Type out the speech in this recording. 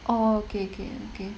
orh okay okay okay